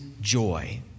joy